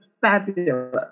fabulous